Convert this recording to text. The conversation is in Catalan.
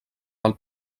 del